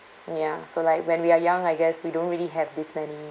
ya so like when we are young I guess we don't really have this many